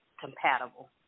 compatible